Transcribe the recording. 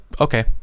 okay